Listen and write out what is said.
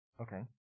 Okay